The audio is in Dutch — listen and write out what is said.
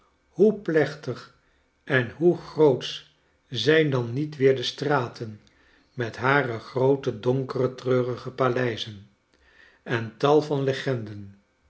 hoe plechtig en hoe grootsch zijn dan niet weer de straten met hare groote donkere treurige paleizen en tal van legenden